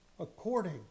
according